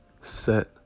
set